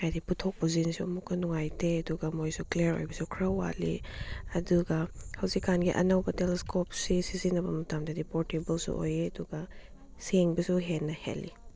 ꯍꯥꯏꯗꯤ ꯄꯨꯊꯣꯛ ꯄꯨꯁꯤꯟꯁꯨ ꯑꯃꯨꯛꯀ ꯅꯨꯡꯉꯥꯏꯇꯦ ꯑꯗꯨꯒ ꯃꯣꯏꯁꯨ ꯀ꯭ꯂꯤꯌꯔ ꯑꯣꯏꯕꯁꯨ ꯈꯔ ꯋꯥꯠꯂꯤ ꯑꯗꯨꯒ ꯍꯧꯖꯤꯛꯀꯥꯟꯒꯤ ꯑꯅꯧꯕ ꯇꯦꯂꯦꯁꯀꯣꯞꯁꯤ ꯁꯤꯖꯤꯟꯅꯕ ꯃꯇꯝꯗꯗꯤ ꯄꯣꯔꯇꯦꯕꯜꯁꯨ ꯑꯣꯏꯌꯦ ꯑꯗꯨꯒ ꯁꯦꯡꯕꯁꯨ ꯍꯦꯟꯅ ꯍꯦꯜꯂꯤ